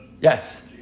Yes